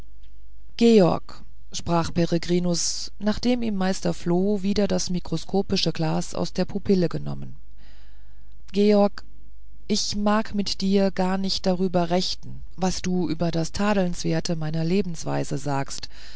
george sprach peregrinus nachdem ihm meister floh wieder das mikroskopische glas aus der pupille genommen george ich mag mit dir gar nicht darüber rechten was du über das tadelnswerte meiner lebensweise sagst